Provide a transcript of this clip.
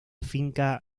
finca